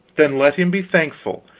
then let him be thankful,